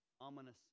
ominous